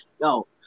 yo